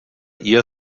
ihr